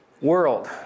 world